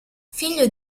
figlio